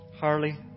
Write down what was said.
Harley